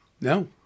No